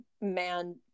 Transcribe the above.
man